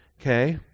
okay